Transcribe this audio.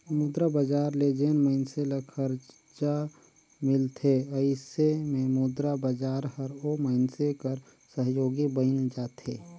मुद्रा बजार ले जेन मइनसे ल खरजा मिलथे अइसे में मुद्रा बजार हर ओ मइनसे कर सहयोगी बइन जाथे